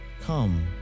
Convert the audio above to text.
come